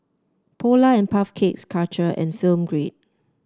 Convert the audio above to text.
Polar And Puff Cakes Karcher and Film Grade